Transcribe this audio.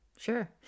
Sure